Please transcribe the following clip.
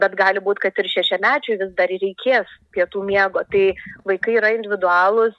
bet gali būt kad ir šešiamečiui vis dar reikės pietų miego tai vaikai yra individualūs